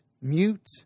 mute